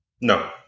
No